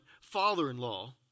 father-in-law